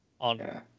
on